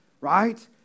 right